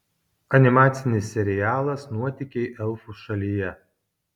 animacinis serialas nuotykiai elfų šalyje